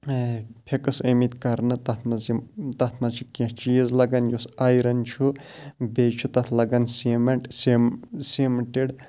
fix آمِتۍ کرنہٕ تَتھ منٛز یِم تَتھ منٛز چھِ کیٚنٛہہ چیٖز لَگان یُس آیرَن چھُ بیٚیہِ چھُ تَتھ لَگان سیٖمٮ۪نٛٹ سِم سیٖمٕٹِڈ